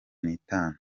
n’itanu